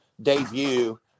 debut